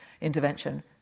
intervention